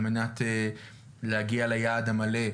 על מנת להגיע ליעד המלא,